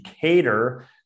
cater